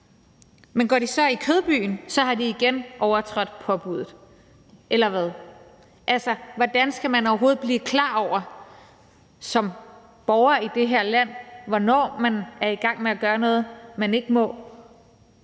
men går de så i Kødbyen, har de igen overtrådt påbuddet – eller hvad? Altså, hvordan skal man overhovedet bliver klar over som borger i det her land, hvornår man er i gang med at gøre noget, man ikke må,